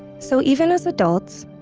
so even as adults,